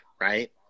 right